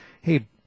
hey